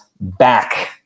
back